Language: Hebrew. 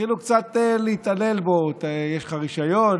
והתחילו קצת להתעלל בו: יש לך רישיון?